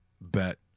bet